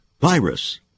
virus